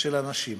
של אנשים.